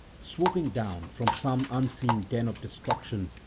swooping down from some unseen den of destruction,